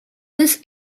this